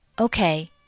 okay